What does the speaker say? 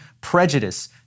prejudice